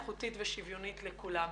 איכותית ושוויונית לכולם.